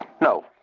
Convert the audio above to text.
no